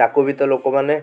ତାକୁ ବି ତ ଲୋକମାନେ